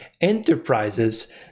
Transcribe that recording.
enterprises